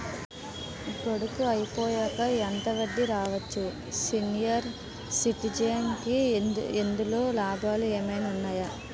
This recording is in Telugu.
గడువు అయిపోయాక ఎంత వడ్డీ రావచ్చు? సీనియర్ సిటిజెన్ కి ఇందులో లాభాలు ఏమైనా ఉన్నాయా?